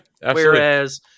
whereas